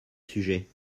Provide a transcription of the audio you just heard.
sujet